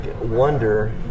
wonder